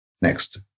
Next